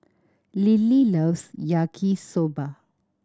Lillie loves Yaki Soba